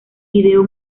video